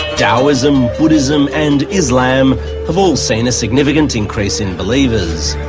daoism, buddhism and islam have all seen a significant increase in believers,